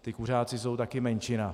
Ti kuřáci jsou taky menšina.